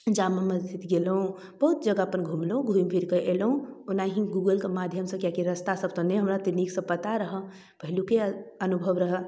जामा मस्जिद गेलहुँ बहुत जगह अपन घुमलहुँ घुमि फिरिकऽ अयलहुँ ओनाही गूगलके माध्यमसँ किएककि रस्ता सब तऽ नहि हमरा ओते नीकसँ पता रहय पहिलुक्के अनुभव रहय